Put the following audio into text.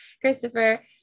Christopher